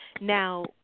Now